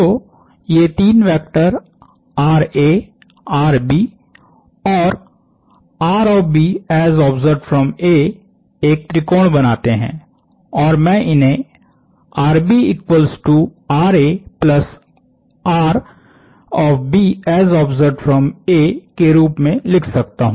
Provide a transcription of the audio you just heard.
तो ये तीन वैक्टर और एक त्रिकोण बनाते हैं और मैं इन्हे के रूप में लिख सकता हूं